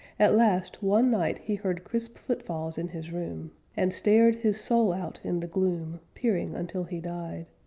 at last, one night he heard crisp footfalls in his room, and stared his soul out in the gloom, peering until he died.